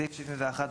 בסעיף 71,